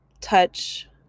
touch